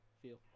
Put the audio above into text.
feel